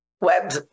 web